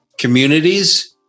communities